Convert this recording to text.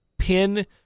pin